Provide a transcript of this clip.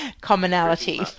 commonality